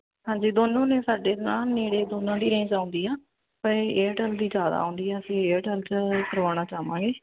ਹਾਂਜੀ ਦੋਨੋਂ ਨੇ ਸਾਡੇ ਨਾ ਨੇੜੇ ਦੋਨਾਂ ਦੀ ਰੇਂਜ ਆਉਂਦੀ ਹੈ ਪਰ ਏਅਰਟੈਲ ਦੀ ਜ਼ਿਆਦਾ ਆਉਂਦੀ ਹੈ ਅਸੀਂ ਏਅਰਟੈੱਲ 'ਚ ਕਰਵਾਉਣਾ ਚਾਹਵਾਂਗੇ